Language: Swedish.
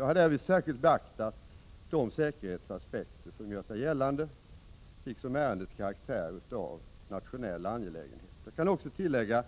Jag har därvid särskilt beaktat de säkerhetsaspekter som gör sig gällande, liksom ärendets karaktär av nationell angelägenhet. Jag kan också tillägga